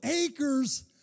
acres